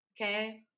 Okay